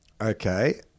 Okay